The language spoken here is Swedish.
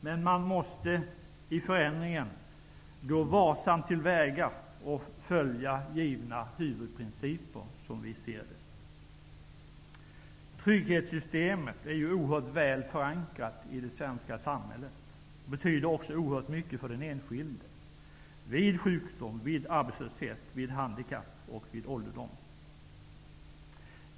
Men man måste i förändringsarbetet gå varsamt till väga och följa givna huvudprinciper, som vi ser det. Trygghetssystemet är väl förankrat i det svenska samhället och betyder oerhört mycket för den enskilde vid sjukdom, arbetslöshet, handikapp och ålderdom.